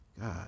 God